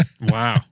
wow